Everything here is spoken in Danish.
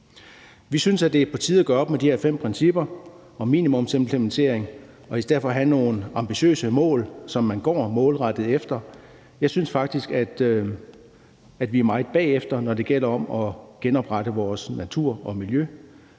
Vi synes, at det er på tide at gøre op med de her fem principper om minimumsimplementering, og at vi i stedet for skal have nogle ambitiøse mål, som man går målrettet efter at nå. Jeg synes faktisk, at vi er meget bagefter, når det gælder om at genoprette vores natur og miljø,